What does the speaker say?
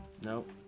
Nope